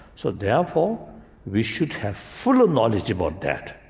so therefore we should have full knowledge about that.